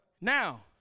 Now